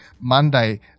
monday